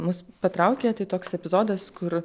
mus patraukė tai toks epizodas kur